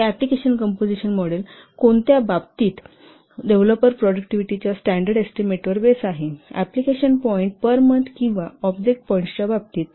हे application composition model कोणत्या बाबतीत डेव्हलपर प्रोडक्टव्हिटीच्या स्टॅंडर्ड एस्टीमेटवर बेस आहे एप्लिकेशन पॉईन्ट परमंथ किंवा ऑब्जेक्ट पॉईंट्सच्या बाबतीत आहे